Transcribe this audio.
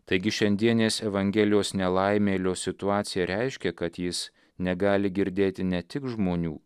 taigi šiandienės evangelijos nelaimėlio situacija reiškia kad jis negali girdėti ne tik žmonių